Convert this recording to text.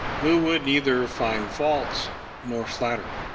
who would neither find fault nor flatter.